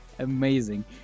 Amazing